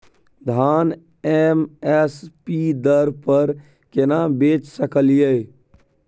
धान M S P दर पर केना बेच सकलियै?